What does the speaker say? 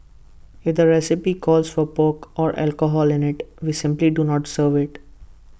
if the recipe calls for pork or alcohol in IT we simply do not serve IT